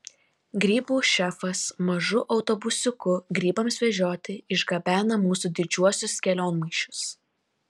grybų šefas mažu autobusiuku grybams vežioti išgabena mūsų didžiuosius kelionmaišius